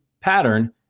pattern